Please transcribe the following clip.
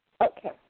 Okay